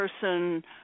person